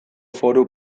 foru